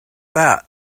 that